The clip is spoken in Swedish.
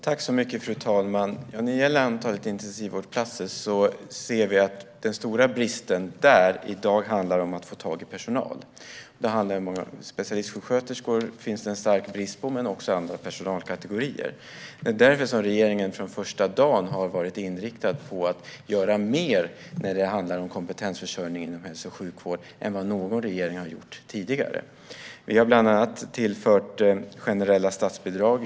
Fru talman! När det gäller antalet intensivvårdsplatser ser vi att den stora bristen där i dag handlar om att få tag i personal. Det finns en stark brist på specialistsjuksköterskor men också andra personalkategorier. Det är därför som regeringen från första dagen har varit inriktad på att göra mer när det handlar om kompetensförsörjning inom hälso och sjukvård än vad någon regering har gjort tidigare. Vi har bland annat tillfört generella statsbidrag.